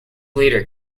leader